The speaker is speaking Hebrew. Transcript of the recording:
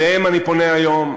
אליהם אני פונה היום,